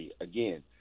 Again